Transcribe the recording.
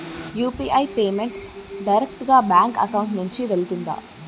UPI payment direct గా bank account నుంచి వెళ్తుందా?